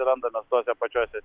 ir randamės tuose pačiuose